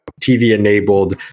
TV-enabled